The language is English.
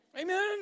Amen